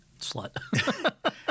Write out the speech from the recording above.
Slut